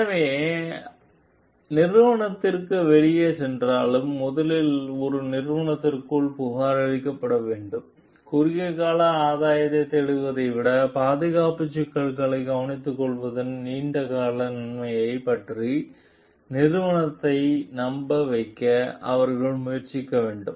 எனவே ஆனால் நிறுவனத்திற்கு வெளியே சென்றாலும் முதலில் அது நிறுவனத்திற்குள் புகாரளிக்கப்பட வேண்டும் குறுகிய கால ஆதாயத்தைத் தேடுவதை விட பாதுகாப்புச் சிக்கல்களைக் கவனித்துக்கொள்வதன் நீண்ட கால நன்மையைப் பற்றி நிறுவனத்தை நம்ப வைக்க அவர்கள் முயற்சிக்க வேண்டும்